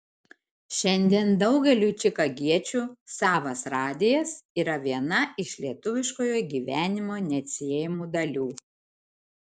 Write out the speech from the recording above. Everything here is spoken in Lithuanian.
šiandien daugeliui čikagiečių savas radijas yra viena iš lietuviškojo gyvenimo neatsiejamų dalių